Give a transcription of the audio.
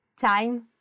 time